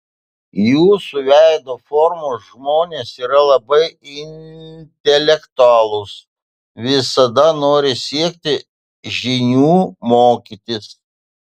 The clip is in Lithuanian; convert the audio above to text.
jūsų veido formos žmonės yra labai intelektualūs visada nori siekti žinių mokytis